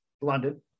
London